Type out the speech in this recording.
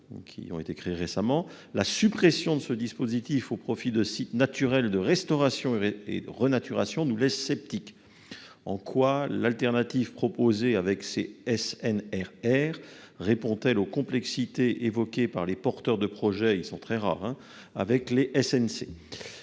qui ont été créés récemment, la suppression de ce dispositif au profit de sites naturels de restauration et de renaturation nous laisse sceptiques. En quoi l'alternative proposée avec ces SNRR répond-elle aux complexités évoquées par les porteurs de projet, qui sont très rares, avec les sites